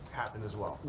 happened as well.